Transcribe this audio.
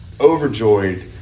overjoyed